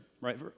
right